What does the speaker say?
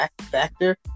factor